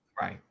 Right